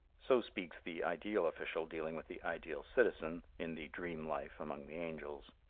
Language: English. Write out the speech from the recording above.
so speaks the ideal official dealing with the ideal citizen in the dream life among the angels.